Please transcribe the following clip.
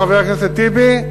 חבר הכנסת טיבי?